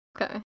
Okay